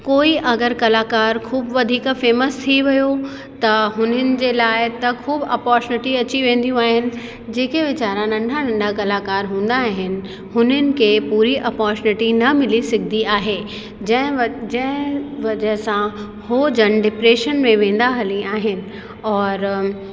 कोई अगरि कलाकार ख़ूब वधीक फ़ेमस थी वियो त हुनिन जे लाइ त ख़ूब अपोर्चुनिटी अची वेंदियूं आहिनि जेके वेचारा नंढा नंढा कलाकार हूंदा आहिनि हुननि खे पूरी अपोर्चुनिटी न मिली सघंदी आहे जे वटि जंहिं वजह सां हू जन डिप्रेशन में वेंदा हली आहिनि और